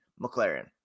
McLaren